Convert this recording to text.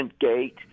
gate